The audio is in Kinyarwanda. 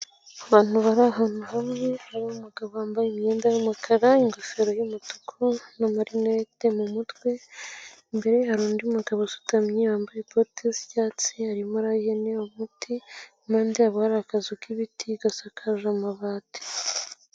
Abantu bari ahantu hamwe, hari umugabo wambaye imyenda y'umukara, ingofero y'umutuku n'amarinete mu mutwe, imbere hari undi mugabo usutamye wambaye bote z'icyatsi arimo araha ihene umuti, impande yabo hari akazu k'ibiti, gasakaje amabati.